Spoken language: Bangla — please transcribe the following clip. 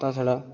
তা ছাড়া